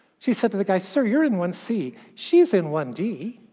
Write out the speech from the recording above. she said to the guy, sir, you're in one c. she's in one d.